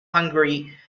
hungary